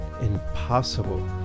impossible